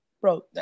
Bro